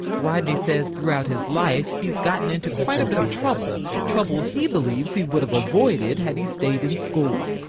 rodney says throughout his life, he's gotten into quite a bit of trouble, trouble he believes he would have avoided had he stayed in school.